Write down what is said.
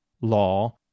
law